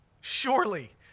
Surely